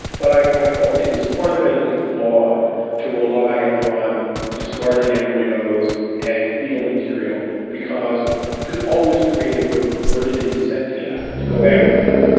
but i i felt it was fundamentally flawed to rely upon discarded embryos and fetal material, because you could always create a very perverted incentive to go after that,